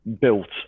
built